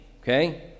Okay